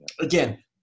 again